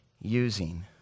using